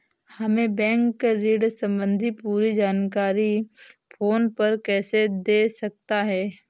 हमें बैंक ऋण संबंधी पूरी जानकारी फोन पर कैसे दे सकता है?